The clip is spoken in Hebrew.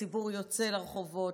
הציבור יוצא לרחובות,